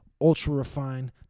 ultra-refined